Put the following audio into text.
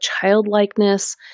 childlikeness